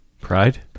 Pride